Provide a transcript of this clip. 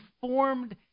formed